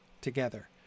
together